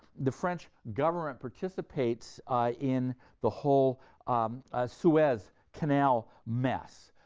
the french government participates in the whole um ah suez canal mess,